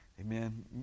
Amen